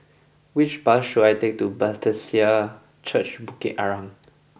which bus should I take to Bethesda Church Bukit Arang